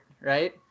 right